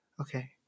Okay